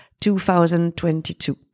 2022